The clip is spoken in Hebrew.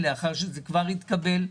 כי זה כבר התקבל.